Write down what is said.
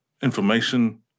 information